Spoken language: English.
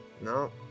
no